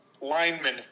lineman